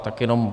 Tak jenom...